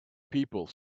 people